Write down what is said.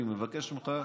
אני מבקש ממך,